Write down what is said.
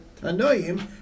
Tanoim